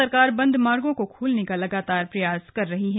सरकार बंद मार्गों को खोलने का लगातार प्रयास कर रही है